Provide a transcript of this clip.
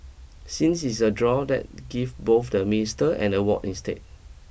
since it's a draw let give both the Minister an award instead